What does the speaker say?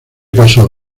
casó